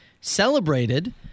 celebrated